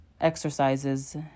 exercises